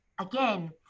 again